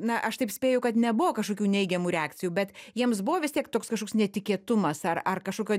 na aš taip spėju kad nebuvo kažkokių neigiamų reakcijų bet jiems buvo vis tiek toks kažkoks netikėtumas ar ar kažkokio